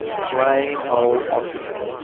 plain old oxygen,